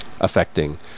affecting